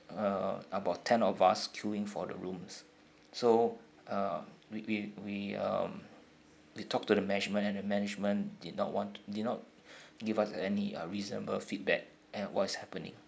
uh about ten of us queuing for the rooms so uh we we we um we talked to the management and the management did not want did not give us any uh reasonable feedback at what's happening